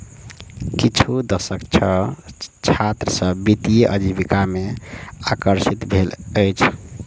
किछु दशक सॅ छात्र सभ वित्तीय आजीविका में आकर्षित भेल अछि